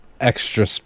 extra